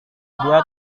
dia